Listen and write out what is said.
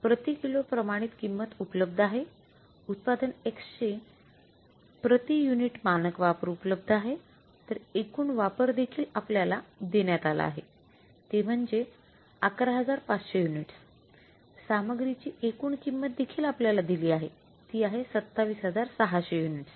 प्रति किलो प्रमाणित किंमत उपलब्ध आहे उत्पादन X चे प्रति युनिट मानक वापर उपलब्ध आहे तर एकूण वापर देखील आपल्याला देण्यात आला आहे ते म्हणजे ११५०० युनिट्स सामग्रीची एकूण किंमत देखील आपल्याला दिली आहे ती आहे २७६०० युनिट्स